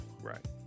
Right